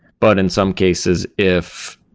but in some cases, if,